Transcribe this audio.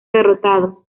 derrotado